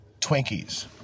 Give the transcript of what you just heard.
Twinkies